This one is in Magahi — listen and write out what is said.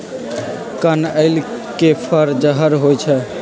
कनइल के फर जहर होइ छइ